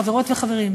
חברות וחברים,